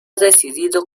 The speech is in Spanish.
decidido